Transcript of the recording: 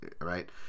right